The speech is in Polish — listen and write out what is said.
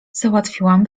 załatwiłam